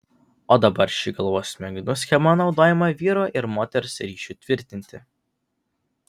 o dabar ši galvos smegenų schema naudojama vyro ir moters ryšiui tvirtinti